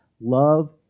Love